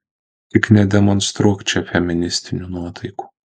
tik nedemonstruok čia feministinių nuotaikų